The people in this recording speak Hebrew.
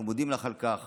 אנחנו מודים לך על כך